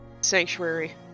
sanctuary